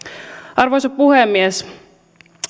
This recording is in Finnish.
arvoisa puhemies